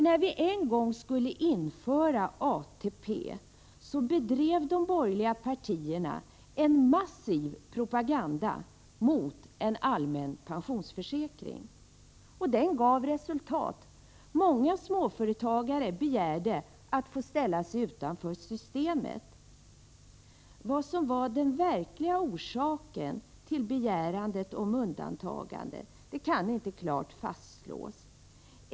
När vi en gång skulle införa ATP bedrev nämligen de borgerliga partierna en massiv propaganda mot en allmän pensionsförsäkring, och denna propaganda gav resultat. Många småföretagare begärde att få ställa sig utanför systemet. Vad som var den verkliga orsaken till begäran om undantagande kan inte klart fastslås.